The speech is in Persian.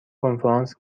کنفرانس